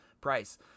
price